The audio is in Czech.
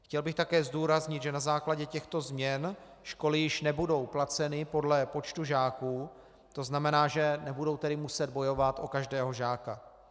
Chtěl bych také zdůraznit, že na základě těchto změn školy již nebudou placeny podle počtu žáků, tzn. že nebudou muset bojovat o každého žáka.